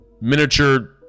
miniature